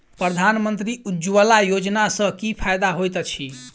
प्रधानमंत्री उज्जवला योजना सँ की फायदा होइत अछि?